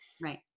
Right